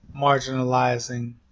marginalizing